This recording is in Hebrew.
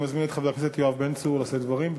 אני מזמין את חבר הכנסת יואב בן צור לשאת דברים.